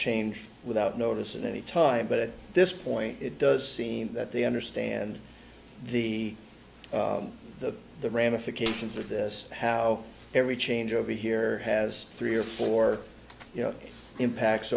change without notice at any time but at this point it does seem that they understand the the the ramifications of this how every change over here has three or four you know impacts